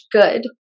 good